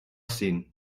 seen